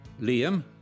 Liam